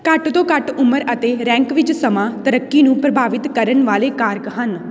ਘੱਟ ਤੋਂ ਘੱਟ ਉਮਰ ਅਤੇ ਰੈਂਕ ਵਿੱਚ ਸਮਾਂ ਤਰੱਕੀ ਨੂੰ ਪ੍ਰਭਾਵਿਤ ਕਰਨ ਵਾਲੇ ਕਾਰਕ ਹਨ